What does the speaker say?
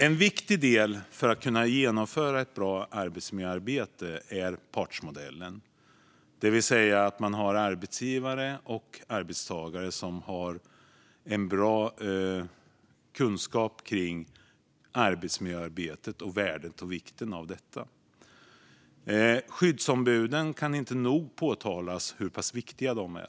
En viktig del för att kunna genomföra ett bra arbetsmiljöarbete är partsmodellen, det vill säga att man har arbetsgivare och arbetstagare som har bra kunskap om arbetsmiljöarbetet och värdet och vikten av detta. Det kan inte nog framhållas hur viktiga skyddsombuden är.